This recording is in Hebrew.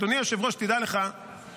אדוני היושב-ראש, תדע לך שאני,